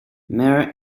mare